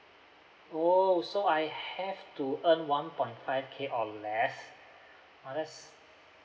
oh so I have to earn one point five K or less !wah! that's